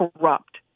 corrupt